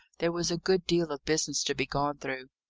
there was a good deal of business to be gone through.